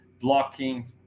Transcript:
blocking